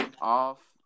off